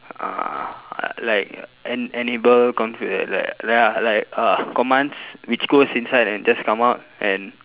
uh like en~ enable com~ like like like like uh commands which goes inside and just come out and